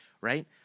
right